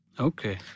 Okay